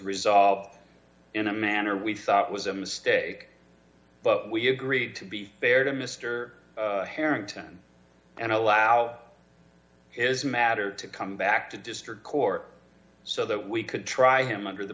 resolved in a manner we thought was a mistake but we agreed to be fair to mr harrington and allow is matter to come back to district court so that we could try him under the